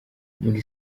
muri